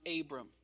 Abram